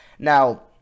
Now